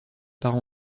part